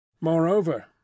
Moreover